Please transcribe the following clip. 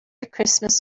christmas